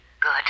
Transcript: Good